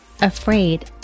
afraid